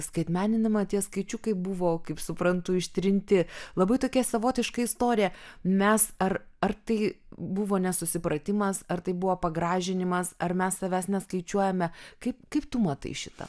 skaitmeninima tie skaičiukai buvo kaip suprantu ištrinti labai tokia savotiška istorija mes ar ar tai buvo nesusipratimas ar tai buvo pagražinimas ar mes savęs neskaičiuojame kaip kaip tu matai šitą